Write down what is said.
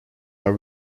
are